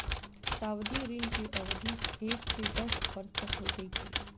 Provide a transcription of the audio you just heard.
सावधि ऋण के अवधि एक से दस वर्ष तक होइत अछि